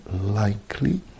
likely